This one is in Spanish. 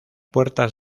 puertas